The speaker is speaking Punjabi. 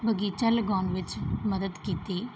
ਬਗੀਚਾ ਲਗਾਉਣ ਵਿੱਚ ਮਦਦ ਕੀਤੀ